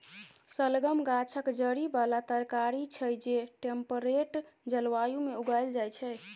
शलगम गाछक जड़ि बला तरकारी छै जे टेम्परेट जलबायु मे उगाएल जाइ छै